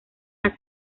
las